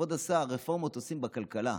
כבוד השר, רפורמות עושים בכלכלה.